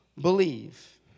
believe